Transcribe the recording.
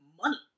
money